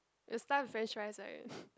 you're stuff with french fries right